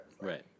Right